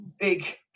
big